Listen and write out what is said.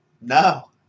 No